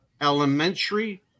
elementary